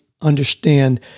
understand